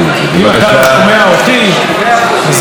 לא שומע אותי אז באמת או שיש בעיה במערכת,